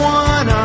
one